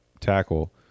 tackle